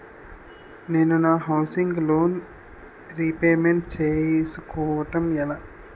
నేను నా housing loan repayment చేసుకోవటం ఎలా?